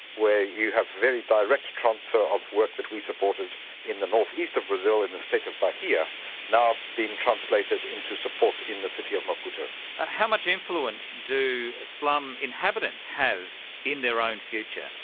where you have very direct transfer of work that we supported in the north-east of brazil in the state of bahia now being translated into support in the city of maputo. and how much influence do slum inhabitants have in their own future?